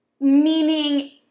Meaning